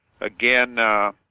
again